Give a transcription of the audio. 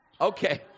Okay